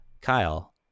Kyle